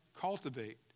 cultivate